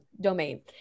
domain